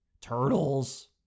turtles